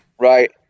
Right